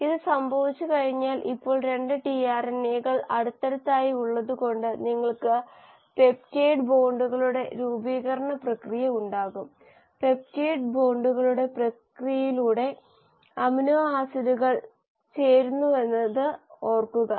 ഇത് സംഭവിച്ചു കഴിഞ്ഞാൽ ഇപ്പോൾ 2 ടിആർഎൻഎകൾ അടുത്തടുത്തായി ഉള്ളത് കൊണ്ട് നിങ്ങൾക്ക് പെപ്റ്റൈഡ് ബോണ്ടുകളുടെ രൂപീകരണ പ്രക്രിയ ഉണ്ടാകും പെപ്റ്റൈഡ് ബോണ്ടുകളുടെ പ്രക്രിയയിലൂടെ അമിനോ ആസിഡുകൾ ചേരുന്നുവെന്നത് ഓർക്കുക